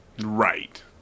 Right